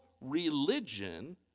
religion